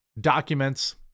documents